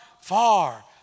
far